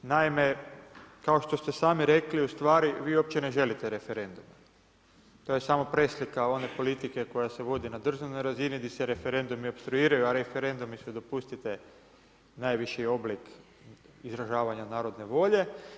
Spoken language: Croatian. Naime kao što ste sami rekli ustvari vi uopće ne želite referendum, to je samo preslika one politike koja se vodi na državnoj razini gdje se referendumi opstruiraju a referendumi su, dopustite, najviši oblik izražavanja narodne volje.